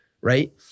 right